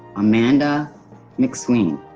amanda mcsween.